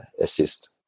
assist